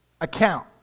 account